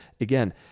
again